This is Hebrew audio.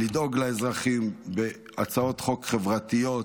לדאוג לאזרחים בהצעות חוק חברתיות.